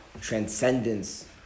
transcendence